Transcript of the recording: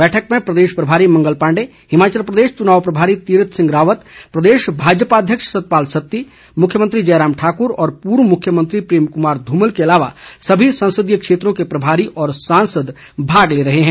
बैठक में प्रदेश प्रभारी मंगल पांडे हिमाचल प्रदेश चुनाव प्रभारी तीर्थ सिंह रावत प्रदेश भाजपा अध्यक्ष सतपाल सत्ती मुख्यमंत्री जयराम ठाकुर और पूर्व मुख्यमंत्री प्रेम कुमार धूमल के अलावा सभी संसदीय क्षेत्रों के प्रभारी और सांसद भाग ले रहे हैं